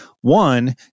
One